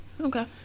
Okay